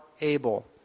able